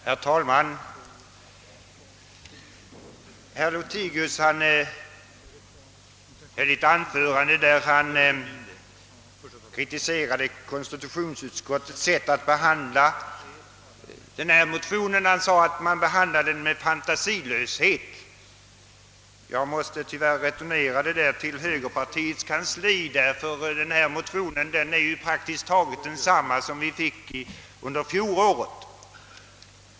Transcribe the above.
Herr talman! Herr Lothigius kritiserade i ett anförande konstitutionsutskottets sätt att behandla denna motion. Han sade nämligen att man behandlade den med fantasilöshet. Jag måste tyvärr returnera detta till högerpartiets kansli, ty denna motion är praktiskt taget identisk med den från i fjol.